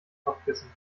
kopfkissen